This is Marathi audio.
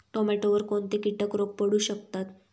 टोमॅटोवर कोणते किटक रोग पडू शकतात?